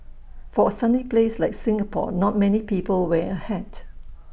for A sunny place like Singapore not many people wear A hat